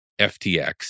FTX